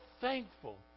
thankful